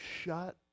shut